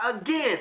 again